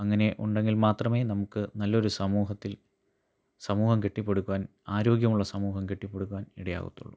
അങ്ങനെ ഉണ്ടെങ്കിൽ മാത്രമേ നമുക്ക് നല്ലൊരു സമൂഹത്തിൽ സമൂഹം കെട്ടിപ്പടുക്കുവാൻ ആരോഗ്യമുള്ള സമൂഹം കെട്ടിപ്പടുക്കുവാൻ ഇടയാകത്തുള്ളൂ